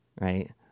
Right